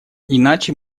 иначе